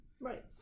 Right